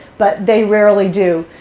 but they rarely do.